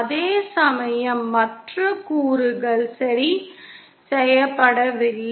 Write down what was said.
அதேசமயம் மற்ற கூறுகள் சரி செய்யப்படவில்லை